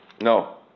No